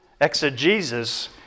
exegesis